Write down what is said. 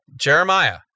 Jeremiah